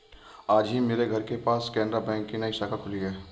आज ही मेरे घर के पास केनरा बैंक की नई शाखा खुली है